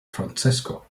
francesco